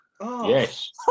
yes